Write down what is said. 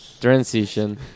transition